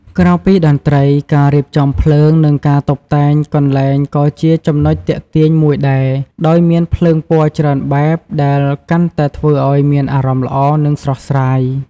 ក្រៅពីតន្ត្រី ការរៀបចំភ្លើង និងការតុបតែងកន្លែងក៏ជាចំណុចទាក់ទាញមួយដែរ ដោយមានភ្លើងពណ៌ច្រើនបែប ដែលកាន់តែធ្វើអោយមានអារម្មណ៏ល្អ និងស្រស់ស្រាយ។